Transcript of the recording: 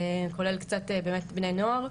כולל קצת באמת בני נוער.